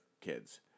kids